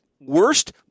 worst